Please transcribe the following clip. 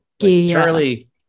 Charlie